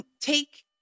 take